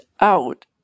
out